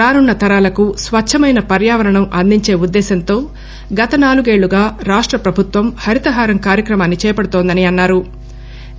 రానున్న తరాలకు స్వచ్చమైన పర్యావరణం అందించే ఉద్దేశంతో గత నాలుగేళ్లుగా రాష్ట ప్రభుత్వం హరితహారం కార్యక్రమాన్ని చేపడుతోందని అన్నారు